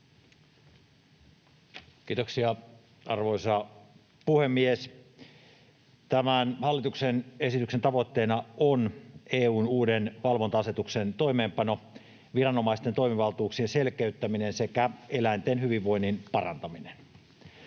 Kiitoksia, arvoisa puhemies! Tämän hallituksen esityksen tavoitteena on EU:n uuden valvonta-asetuksen toimeenpano, viranomaisten toimivaltuuksien selkeyttäminen sekä eläinten hyvinvoinnin parantaminen.